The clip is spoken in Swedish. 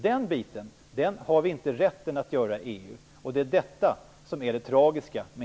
Den rätten har vi inte i EU; det är det tragiska med